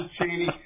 Cheney